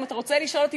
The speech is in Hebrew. אם אתה רוצה לשאול אותי,